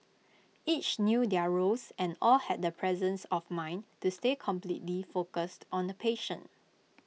each knew their roles and all had the presence of mind to stay completely focused on the patient